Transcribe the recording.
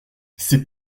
c’est